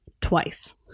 twice